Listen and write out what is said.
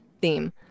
theme